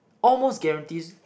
almost guarantee